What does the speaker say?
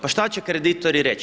Pa šta će kreditori reć'